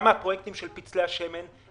בטוח שיש פער בין מה שאתם מסבירים אבל אני יודע,